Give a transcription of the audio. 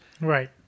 Right